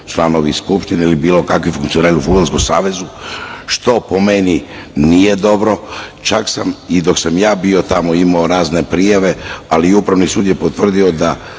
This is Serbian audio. članovi skupštine ili bilo kakvi funkcioneri u Fudbalskom savezu, što po meni nije dobro. Čak sam i dok sam ja bio tamo imao razne prijave, ali Upravni sud je potvrdio da